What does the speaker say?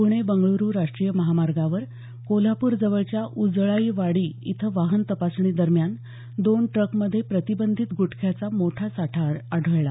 पुणे बंगळ्रू राष्ट्रीय महामार्गावर कोल्हापूर जवळच्या उजळाईवाडी इथे वाहन तपासणी दरम्यान दोन ट्रकमध्ये प्रतिबंधित ग्रटख्याचा मोठा साठा आढळला